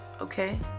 okay